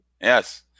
Yes